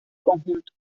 conjunto